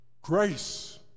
grace